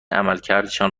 عملکردشان